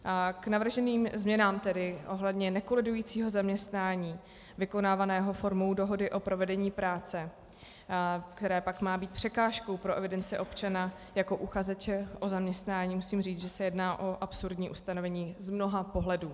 K navrženým změnám tedy ohledně nekolidujícího zaměstnání vykonávaného formou dohody o provedení práce, které pak má být překážkou pro evidenci občana jako uchazeče o zaměstnání, musím říct, že se jedná o absurdní ustanovení z mnoha pohledů.